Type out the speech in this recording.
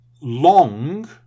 long